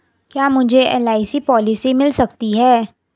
क्या मुझे LIC policy मिल सकती है?